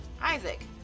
Isaac